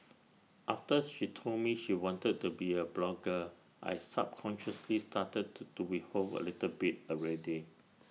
after she told me she wanted to be A blogger I subconsciously started to do withhold A little bit already